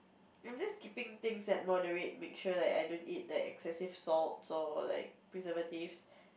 I'm just keeping things at moderate make sure like don't eat like excessive salts or like preservatives